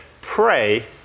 pray